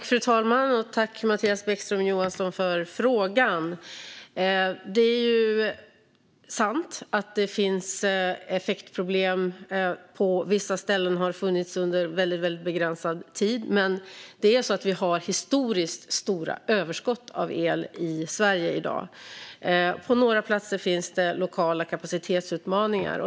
Fru talman! Tack, Mattias Bäckström Johansson, för frågan! Det är sant att det finns effektproblem. På vissa ställen har sådana funnits under väldigt begränsad tid. Det är dock så att vi i Sverige i dag har historiskt stora överskott av el. På några platser finns det lokala kapacitetsutmaningar.